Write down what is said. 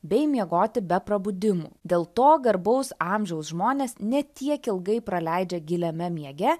bei miegoti be prabudimų dėl to garbaus amžiaus žmonės ne tiek ilgai praleidžia giliame miege